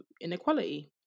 inequality